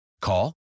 Call